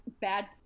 bad